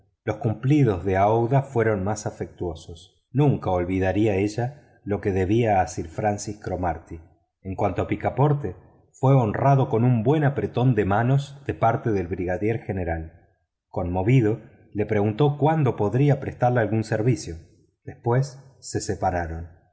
los cumplidos de aouda fueron más afectuosos nunca olvidaría ella lo que debía a sir francis cromarty en cuanto a picaporte fue honrado con un buen apretón de manos de parte del brigadier general conmovido le preguntó cuándo podría prestarle algún servicio después se separaron